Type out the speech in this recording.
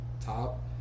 top